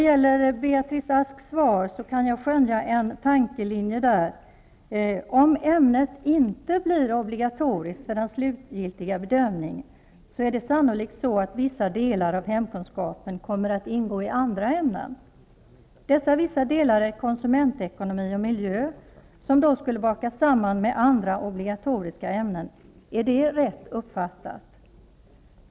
I Beatrice Asks svar kan jag skönja följande tankelinje: om ämnet vid den slutgiltiga bedömningen inte blir obligatoriskt, kommer sannolikt vissa delar av hemkunskapen att ingå i andra ämnen. Dessa delar är konsumentekonomi och miljö, som då skulle bakas samman med andra, obligatoriska ämnen. Är det rätt uppfattat?